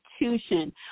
institution